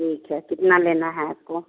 ठीक है कितना लेना है आपको